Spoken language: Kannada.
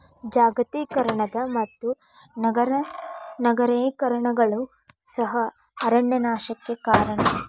ಜಾಗತೇಕರಣದ ಮತ್ತು ನಗರೇಕರಣಗಳು ಸಹ ಅರಣ್ಯ ನಾಶಕ್ಕೆ ಕಾರಣ